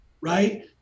right